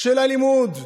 של הלימוד,